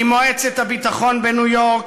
ממועצת הביטחון בניו-יורק,